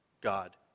God